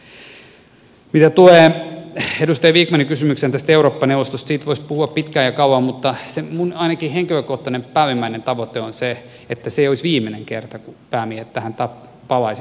mitä tulee edustaja vikmanin kysymykseen tästä eurooppa neuvostosta siitä voisi puhua pitkään ja kauan mutta ainakin minun henkilökohtainen päällimmäinen tavoitteeni on se että se ei olisi viimeinen kerta kun päämiehet palaisivat tähän teemaan